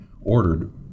ordered